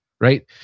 right